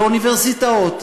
באוניברסיטאות,